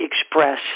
express